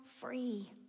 free